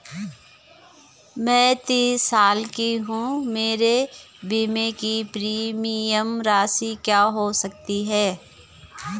मैं तीस साल की हूँ मेरे बीमे की प्रीमियम राशि क्या हो सकती है?